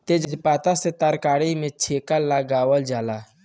तेजपात से तरकारी में छौंका लगावल जाला